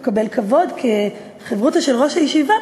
הוא מקבל כבוד כחברותא של ראש הישיבה.